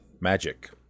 magic